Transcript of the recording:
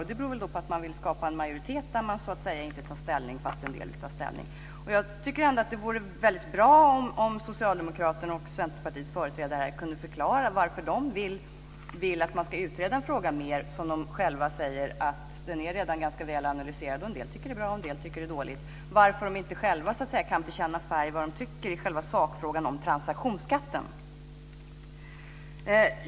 Kanske vill man skapa en majoritet där man så att säga inte tar ställning fastän en del tar ställning. Det vore väldigt bra om Socialdemokraternas och Centerpartiets företrädare här kunde förklara dels varför de vill att frågan ska utredas mer när de själva säger att den redan är ganska väl analyserad och att en del tycker att detta är bra och andra att det är dåligt, dels varför de själva inte kan bekänna färg och säga vad de tycker i själva sakfrågan om den här transaktionsskatten.